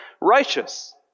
righteous